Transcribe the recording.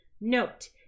Note